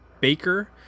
Baker